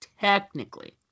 Technically